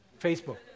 Facebook